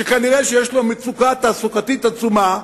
שכנראה יש לו מצוקה תעסוקתית עצומה,